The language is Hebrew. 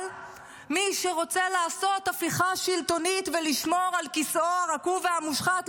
אבל מי שרוצה לעשות הפיכה שלטונית ולשמור על כיסאו הרקוב והמושחת,